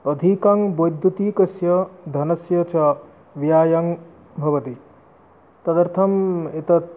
अधिकं वैद्युतिकस्य धनस्य च व्ययः भवति तदर्थम् एतत्